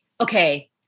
okay